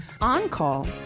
On-Call